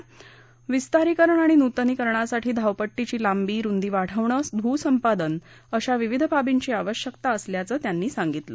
तसेच विस्तारीकरण आणि नृतनीकरणासाठी धावपट्टीची लांबी रुंदी वाढवणे भूसंपादन करणे अशा विविध बाबींची आवश्यकता असल्याचं सांगितलं